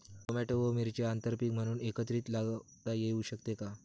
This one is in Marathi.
टोमॅटो व मिरची आंतरपीक म्हणून एकत्रित लावता येऊ शकते का?